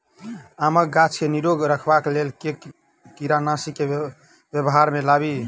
आमक गाछ केँ निरोग रखबाक लेल केँ कीड़ानासी केँ व्यवहार मे लाबी?